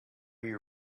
you